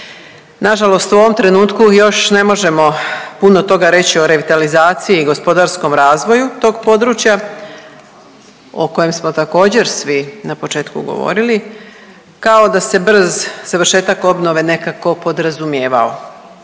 Nažalost u ovom trenutku još ne možemo puno toga reći o revitalizaciji i gospodarskom razvoju tog područja o kojem smo također svi na početku govorili, kao da se brz završetak obnove nekako podrazumijevao.